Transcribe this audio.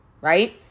Right